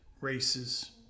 races